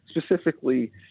specifically